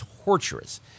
torturous